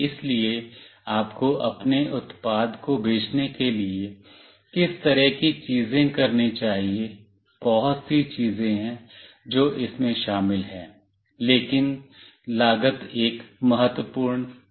इसलिए आपको अपने उत्पाद को बेचने के लिए किस तरह की चीजें करनी चाहिए बहुत सी चीजें हैं जो इसमें शामिल हैं लेकिन लागत एक महत्वपूर्ण कारक है